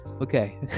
okay